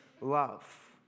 love